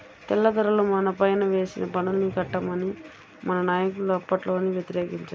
తెల్లదొరలు మనపైన వేసిన పన్నుల్ని కట్టమని మన నాయకులు అప్పట్లోనే వ్యతిరేకించారు